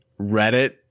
Reddit